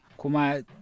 Kuma